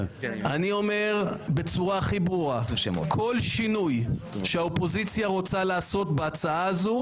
אני אומר בצורה הכי ברורה: כל שינוי שהאופוזיציה רוצה לעשות בהצעה הזו,